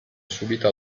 subito